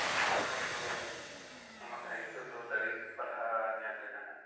ᱛᱚᱠᱷᱚᱱ ᱫᱚ ᱚᱱᱟ ᱫᱟᱭᱤᱛᱛᱚ ᱫᱚ ᱫᱟᱨᱮ ᱯᱟᱞᱦᱟ ᱧᱮᱞ ᱨᱮᱱᱟᱜ